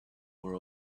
were